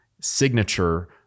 signature